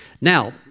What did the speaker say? Now